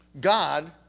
God